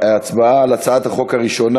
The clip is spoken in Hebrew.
להצבעה על הצעת החוק הראשונה,